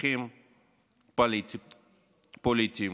לצרכים פוליטיים.